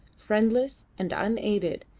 friendless and unaided,